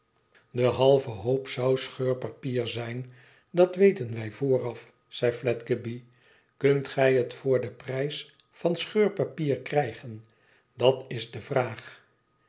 de halve hoop zou scheurpapier zijn dat weten wij vooraf zei fledgeby kunt gij het voor den prijs van scheurpapier krijgen dat b de vraag